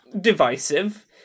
divisive